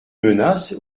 menace